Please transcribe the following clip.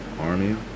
Army